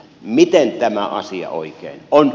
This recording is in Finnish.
miten tämä asia oikein on